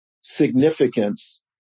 significance